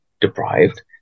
deprived